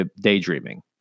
daydreaming